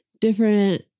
different